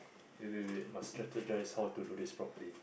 wait wait wait must strategist how to do this properly